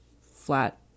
flat